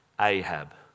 Ahab